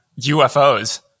ufos